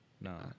No